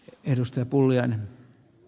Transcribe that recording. arvoisa puhemies